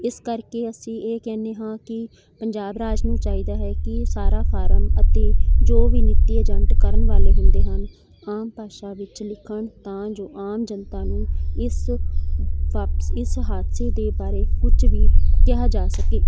ਇਸ ਕਰਕੇ ਅਸੀਂ ਇਹ ਕਹਿੰਦੇ ਹਾਂ ਕਿ ਪੰਜਾਬ ਰਾਜ ਨੂੰ ਚਾਹੀਦਾ ਹੈ ਕਿ ਇਹ ਸਾਰਾ ਫਾਰਮ ਅਤੇ ਜੋ ਵੀ ਨੀਤੀ ਏਜੰਟ ਕਰਨ ਵਾਲੇ ਹੁੰਦੇ ਹਨ ਆਮ ਭਾਸ਼ਾ ਵਿੱਚ ਲਿਖਣ ਤਾਂ ਜੋ ਆਮ ਜਨਤਾ ਨੂੰ ਇਸ ਵਾਪਸੀ ਇਸ ਹਾਦਸੇ ਦੇ ਬਾਰੇ ਕੁਛ ਵੀ ਕਿਹਾ ਜਾ ਸਕੇ